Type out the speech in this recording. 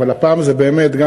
"אבל הפעם זה באמת".